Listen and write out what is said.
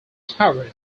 towers